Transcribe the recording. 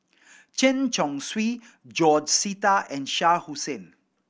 Chen Chong Swee George Sita and Shah Hussain